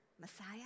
Messiah